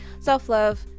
self-love